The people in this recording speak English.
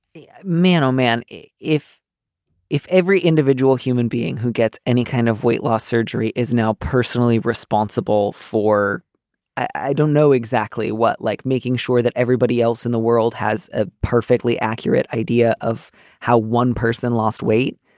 yeah man, oh, man. if if every individual human being who gets any kind of weight loss surgery is now personally responsible for i don't know exactly what like making sure that everybody else in the world has a perfectly accurate idea of how one person lost weight.